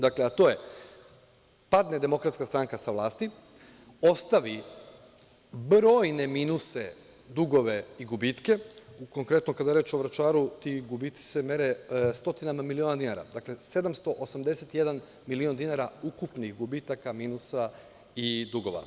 Dakle, a to je, padne DS sa vlasti, ostavi brojne minuse, dugove i gubitke, konkretno kada je reč o Vračaru ti gubici se mere stotinama miliona dinara, dakle 781 milion dinara ukupnih gubitaka, minusa i dugova.